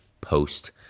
post